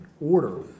order